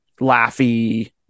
laughy